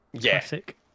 Classic